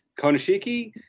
Konoshiki